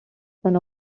son